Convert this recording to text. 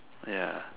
ya